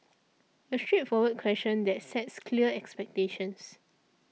a straightforward question that sets clear expectations